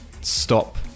stop